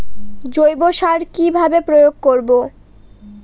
জৈব সার কি ভাবে প্রয়োগ করব?